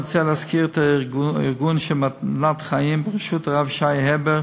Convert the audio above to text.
אני רוצה להזכיר את הארגון "מתנת חיים" בראשות הרב ישעיהו הבר,